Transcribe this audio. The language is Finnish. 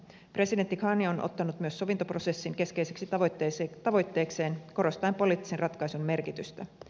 presidentti ghani on ottanut myös sovintoprosessin keskeiseksi tavoitteekseen korostaen poliittisen ratkaisun merkitystä